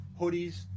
hoodies